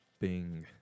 Bing